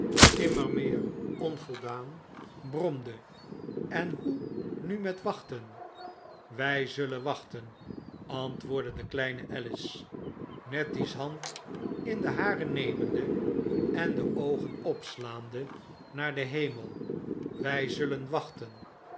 immer rneer onvoldaan bromde en hoe nu met wachten wy zullen wachten antwoordde dekleine alice nettie's hand in de hare nemende en de oogen opslaande naar den hemel wy zullen wachten